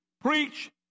preach